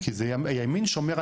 כי הימין שומר על ארץ ישראל.